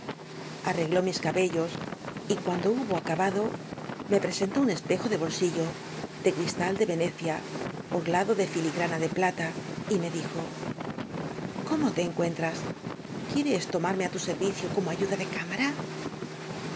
ló mis cabellos y cuando hubo acabado me presentó un espejo de bolsillo de cristal de venecia orlado de filigrana de plata y me d ijo c d m o te encuentras quieres tomarme á tu servicio como ayuda de cámara